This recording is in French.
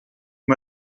les